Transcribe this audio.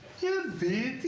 to be